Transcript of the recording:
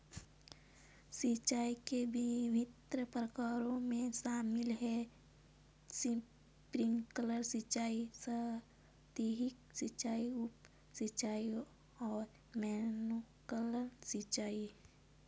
सिंचाई के विभिन्न प्रकारों में शामिल है स्प्रिंकलर सिंचाई, सतही सिंचाई, उप सिंचाई और मैनुअल सिंचाई